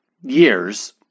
years